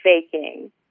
faking